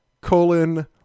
colon